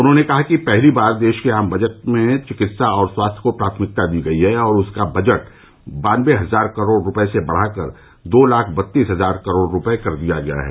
उन्होंने कहा कि पहली बार देश के आम बजट में चिकित्सा और स्वास्थ्य को प्राथमिकता दी गई है और उसका बजट बान्नवे हजार करोड से बढा कर दो लाख बत्तीस हजार करोड कर दिया गया है